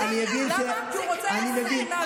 כי הוא רוצה, מהזמן.